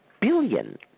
billion